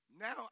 Now